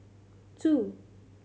two